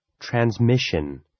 Transmission